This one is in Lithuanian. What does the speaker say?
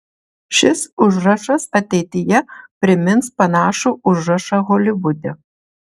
šis užrašas ateityje primins panašų užrašą holivude